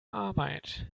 arbeit